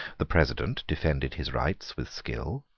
the president defended his rights with skill,